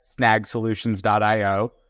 snagsolutions.io